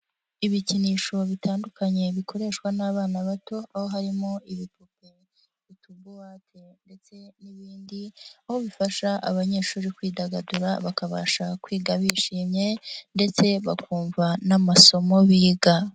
Ibikinisho bitandukanye bikoreshwa n'abana bato aho harimo ibipupe, utubuwate ndetse n'ibindi aho bifasha abanyeshuri kwidagadura bakabasha kwiga bishimye ndetse bakumva n'amasomo biga.